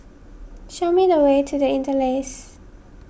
show me the way to the Interlace